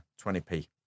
20p